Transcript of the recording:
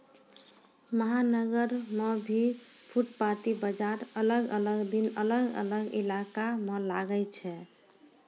महानगर मॅ भी फुटपाती बाजार अलग अलग दिन अलग अलग इलाका मॅ लागै छै